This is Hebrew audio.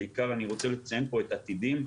בעיקר אני רוצה לציין פה את 'עתידים',